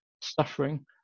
suffering